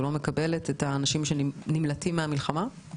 לא מקבלת את האנשים שנמלטים מהמלחמה?